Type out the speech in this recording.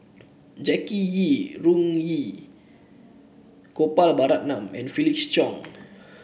Jackie Yi Ru Ying Gopal Baratham and Felix Cheong